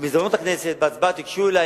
במסדרונות הכנסת, בהצבעה, תיגשו אלי.